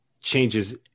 changes